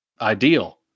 ideal